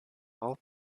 all